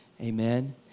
Amen